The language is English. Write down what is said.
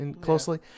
closely